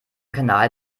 kanal